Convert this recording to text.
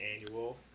annual